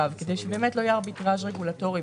תשובה חוץ מאשר לשאלה לממונה על הביטוח ושוק ההון וכו',